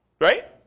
Right